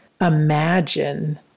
Imagine